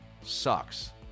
sucks